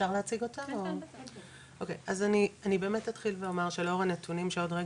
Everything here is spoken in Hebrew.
אני באמת אתן קצת נתונים,